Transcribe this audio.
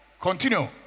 Continue